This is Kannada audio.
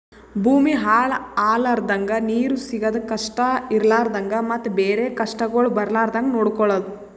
ಭೂಮಿ ಹಾಳ ಆಲರ್ದಂಗ, ನೀರು ಸಿಗದ್ ಕಷ್ಟ ಇರಲಾರದಂಗ ಮತ್ತ ಬೇರೆ ಕಷ್ಟಗೊಳ್ ಬರ್ಲಾರ್ದಂಗ್ ನೊಡ್ಕೊಳದ್